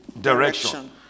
direction